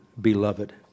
beloved